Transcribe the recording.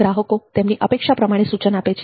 ગ્રાહકો તેમની અપેક્ષા પ્રમાણે સુચના આપે છે